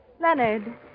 Leonard